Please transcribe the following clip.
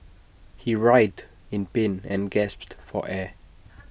he writhed in pain and gasped for air